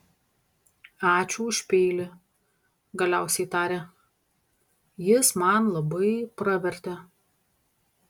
ačiū už peilį galiausiai tarė jis man labai pravertė